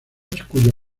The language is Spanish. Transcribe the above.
cuyo